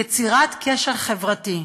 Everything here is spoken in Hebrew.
יצירת קשר חברתי,